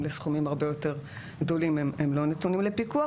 לסכומים הרבה יותר גדולים הם לא נתונים לפיקוח.